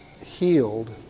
Healed